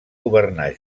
governar